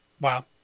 Wow